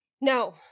No